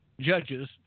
judges